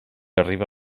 arriba